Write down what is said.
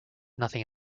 nothing